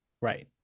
Right